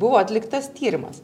buvo atliktas tyrimas